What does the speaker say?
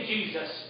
Jesus